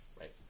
right